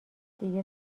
دیگه